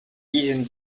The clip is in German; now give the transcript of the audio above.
ehen